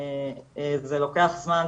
זה לוקח זמן,